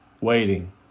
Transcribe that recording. Waiting